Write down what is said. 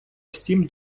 всім